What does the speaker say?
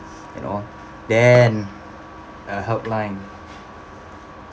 and all then a helpline